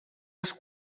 les